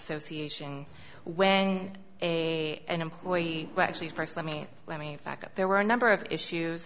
association when a an employee actually first let me let me back up there were a number of issues